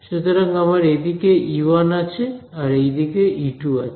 সুতরাং আমার এদিকে E1 আছে আর এই দিকে E2 আছে